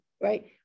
Right